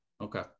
Okay